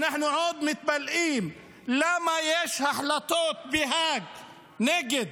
אנחנו עוד מתפלאים למה יש החלטות בהאג נגד